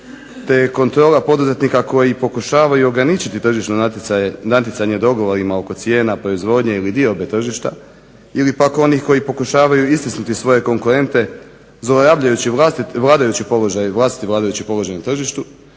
kontrola poduzetnika koji pokušavaju ograničiti tržišno natjecanje dogovorima oko cijena, proizvodnje ili diobe tržišta ili pak onih koji pokušavaju istisnuti svoje konkurente zlouporabljujući vlastiti vladajući položaj na tržištu